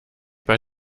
bei